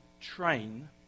train